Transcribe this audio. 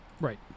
Right